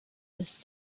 was